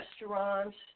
restaurants